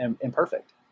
imperfect